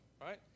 right